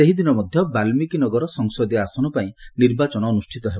ସେହିଦିନ ମଧ୍ୟ ବାଲ୍ମିକୀ ନଗର ସଂସଦୀୟ ଆସନ ପାଇଁ ନିର୍ବାଚନ ଅନୁଷ୍ଠିତ ହେବ